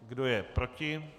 Kdo je proti?